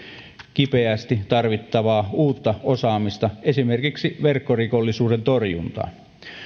kipeästi tarvittavaa uutta osaamista esimerkiksi verkkorikollisuuden torjuntaan